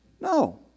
No